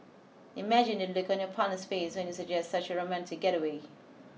imagine the look on your partner's face when you suggest such a romantic getaway